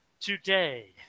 today